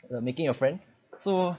you know making a friend so